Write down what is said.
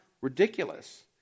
ridiculous